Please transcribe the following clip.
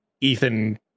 Ethan